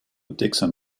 dixon